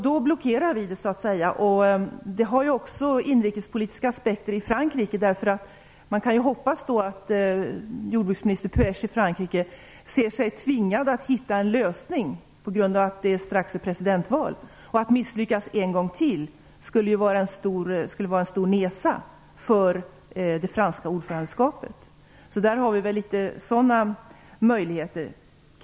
Då blockerar vi det, så att säga. Detta har också inrikespolitiska aspekter i Frankrike. Man kan hoppas att jordbruksminister Puech i Frankrike ser sig tvingad att hitta en lösning, på grund av att det strax är presidentval. Att misslyckas en gång till skulle vara en stor nesa för det franska ordförandeskapet. Vi har kanske sådana möjligheter.